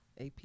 AP